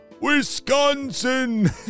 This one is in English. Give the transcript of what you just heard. Wisconsin